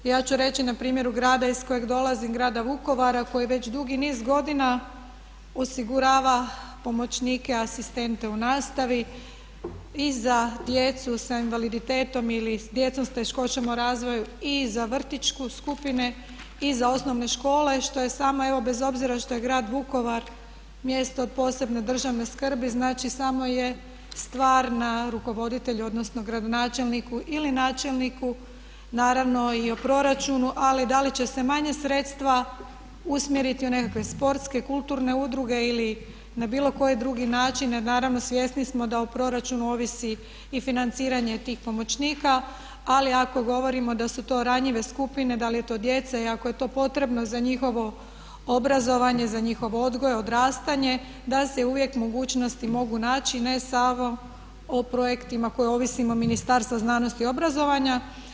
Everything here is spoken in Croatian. Ja ću reći na primjeru grada iz kojeg dolazim, grada Vukovara koji već dugi niz godina osigurava pomoćnike, asistente u nastavi i za djecu sa invaliditetom ili s djecom s teškoćama u razvoju i za vrtićku skupine i za osnovne škole što je samo evo bez obzira što je grad Vukovar mjesto od posebne državne skrbi, znači samo je stvar na rukovoditelj, odnosno gradonačelniku ili načelniku i naravno i o proračunu ali da li će se manja sredstva usmjeriti u nekakve sportske, kulturne udruge ili na bilo koji drugi način jer naravno svjesni smo da o proračunu ovisi i financiranje tih pomoćnika ali ako govorimo da su to ranjive skupine, da li je to djeca i ako je to potrebno za njihovo obrazovanje, za njihov odgoj, odrastanje da se uvijek mogućnosti mogu naći ne samo o projektima koje ovisimo Ministarstva znanosti i obrazovanja.